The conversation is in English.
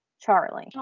Charlie